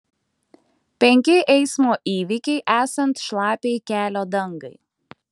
penki eismo įvykiai esant šlapiai kelio dangai